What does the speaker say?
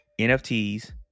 NFTs